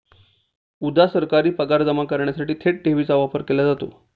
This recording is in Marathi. उदा.सरकारी पगार जमा करण्यासाठी थेट ठेवीचा वापर केला जातो